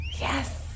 Yes